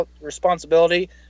responsibility